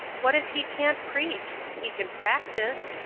what if he can't preach? he can practice.